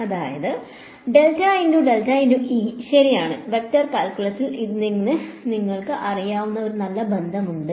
അതിനാൽ ശരിയാണ് വെക്റ്റർ കാൽക്കുലസിൽ നിന്ന് നിങ്ങൾക്ക് അറിയാവുന്ന ഒരു നല്ല ബന്ധമുണ്ട്